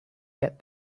get